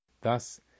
thus